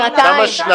שנתיים.